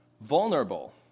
vulnerable